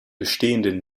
bestehenden